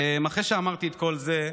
אחרי שאמרתי את כל זה,